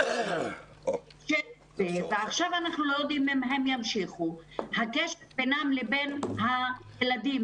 חשוב לנו לשמוע מה קורה עם הילדים